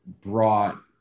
brought